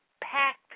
packed